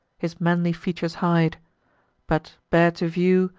his manly features hide but, bare to view,